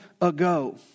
ago